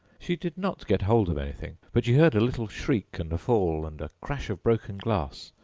she did not get hold of anything, but she heard a little shriek and a fall, and a crash of broken glass,